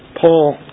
Paul